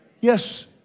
Yes